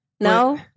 No